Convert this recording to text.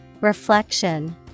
Reflection